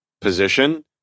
position